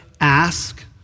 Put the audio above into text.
ask